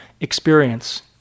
experience